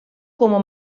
como